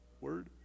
Word